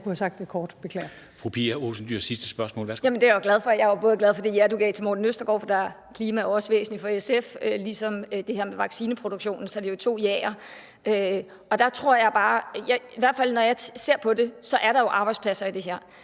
Olsen Dyhr, sidste spørgsmål. Værsgo. Kl. 13:40 Pia Olsen Dyhr (SF): Jamen det er jeg jo glad for. Jeg er både glad for det ja, du gav til Morten Østergaard, for klima er jo også væsentligt for SF, og det for her med vaccineproduktion. Så det er jo to jaer. Der tror jeg bare, i hvert fald når jeg ser på det, at der jo er arbejdspladser i det her.